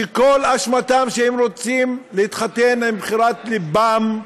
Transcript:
שכל אשמתם שהם רוצים להתחתן עם בחירת לבם,